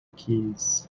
keys